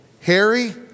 Harry